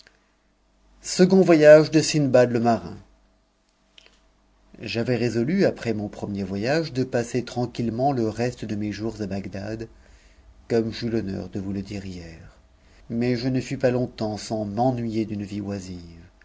second voyage de sindbad le marin j'avais résolu après mon premier voyage de passer tranquillement reste de mes jours à bagdad comme j'eus l'honneur de vous le dire hier mais je ne fus pas longtemps sans m'ennuyer d'une vie oisive